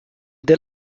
the